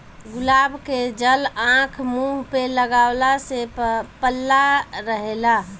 गुलाब के जल आँख, मुंह पे लगवला से पल्ला रहेला